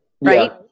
right